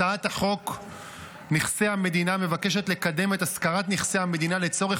הצעת החוק נכסי המדינה מבקשת לקדם את השכרת נכסי המדינה לצורך